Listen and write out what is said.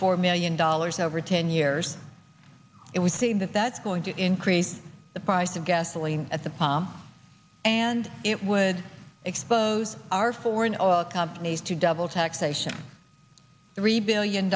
four million dollars over ten years it would seem that that's going to increase the price of gasoline at the pump and it would expose our foreign oil companies to double taxation three billion